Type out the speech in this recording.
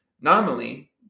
Normally